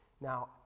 Now